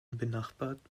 benachbart